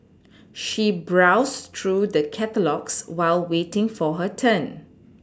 she browsed through the catalogues while waiting for her turn